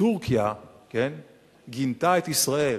טורקיה גינתה את ישראל